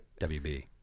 WB